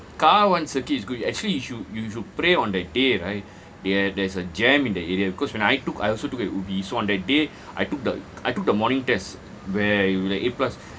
car [one] circuit is good actually you should you should pray on that day right they have there's a jam in the area cause when I took I also took at ubi so on that day I took the I took the morning test where you at eight plus